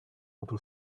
open